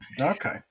Okay